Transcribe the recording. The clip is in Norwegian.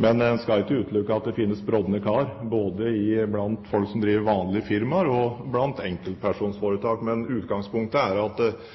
Men en skal ikke utelukke at det finnes brodne kar både blant folk som driver vanlige firmaer, og blant folk som driver enkeltmannsforetak. Men utgangspunktet er at